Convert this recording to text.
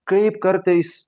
kaip kartais